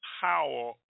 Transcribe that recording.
power